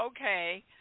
Okay